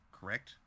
correct